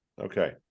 okay